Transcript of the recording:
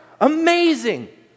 Amazing